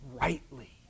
rightly